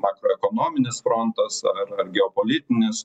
makroekonominis frontas ar ar geopolitinis